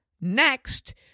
next